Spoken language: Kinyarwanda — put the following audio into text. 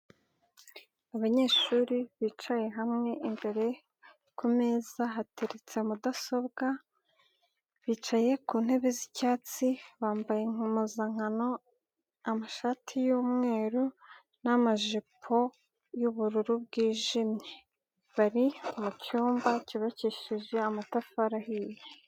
Abanyeshuri bicaye hamwe imbere ku meza hateretse mudasobwa, bicaye ku ntebe z'icyatsi bambaye impuzankano amashati y'umweru n'amajipo y'ubururu bwijimye, bari mu cyumba cyubakishije amatafari ahiye.